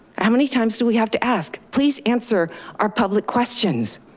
how many times do we have to ask? please answer our public questions.